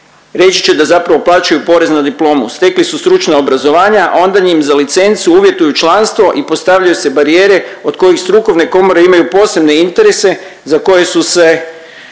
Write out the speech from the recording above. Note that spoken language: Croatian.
reći će da zapravo plaćaju porez na diplomu. Stekli su stručna obrazovanja, a onda im za licencu uvjetuju članstvo i postavljaju se barijere od kojih strukovne komore imaju posebne interese za koje su se